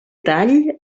tall